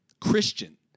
Christian